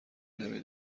نمی